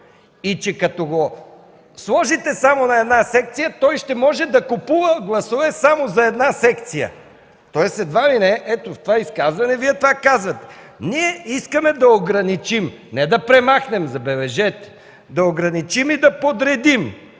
И, като го сложите само на една секция, той ще може да купува гласове само за една секция. Тоест, едва ли не с това изказване Вие това казвате – ние искаме да „ограничим”, а не да премахнем, забележете, а да ограничим и подредим,